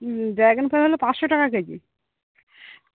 dragon ফল হলো পাঁচশো টাকা কেজি